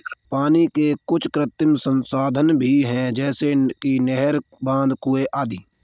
पानी के कुछ कृत्रिम संसाधन भी हैं जैसे कि नहरें, बांध, कुएं आदि